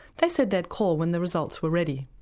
they said they'd call when the results were ready.